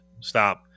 stop